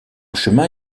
chemin